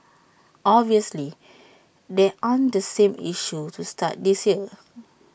obviously there aren't the same issues to start this year